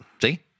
See